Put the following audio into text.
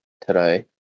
today